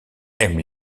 aime